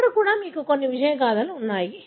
అక్కడ కూడా కొన్ని విజయ గాథలు ఉన్నాయి